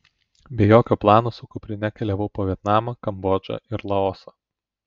be jokio plano su kuprine keliavau po vietnamą kambodžą ir laosą